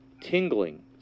tingling